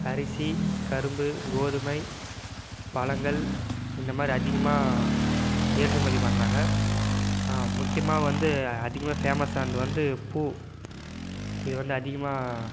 அரிசி கரும்பு கோதுமை பழங்கள் இந்தமாதிரி அதிகமாக ஏற்றுமதி பண்ணறாங்க முக்கியமாக வந்து அதிகமாக ஃபேமஸ்ஸானது வந்து பூ இது வந்து அதிகமாக